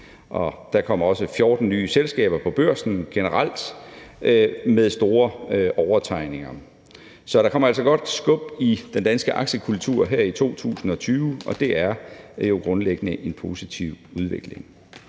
Der kom også 14 nye selskaber på børsen, generelt med store overtegninger. Så der kom altså godt skub i den danske aktiekultur her i 2020, og det er jo grundlæggende en positiv udvikling.